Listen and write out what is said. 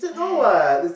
!aiya!